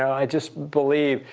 i just believe,